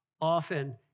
Often